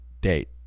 date